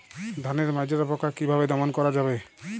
ধানের মাজরা পোকা কি ভাবে দমন করা যাবে?